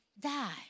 die